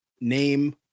name